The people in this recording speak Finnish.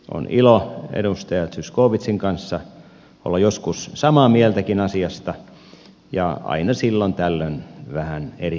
on ilo edustaja zyskowiczin kanssa olla joskus samaakin mieltä asiasta ja aina silloin tällöin vähän eri mieltäkin